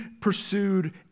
pursued